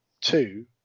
two